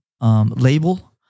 label